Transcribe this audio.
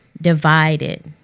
divided